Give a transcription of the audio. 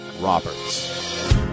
Roberts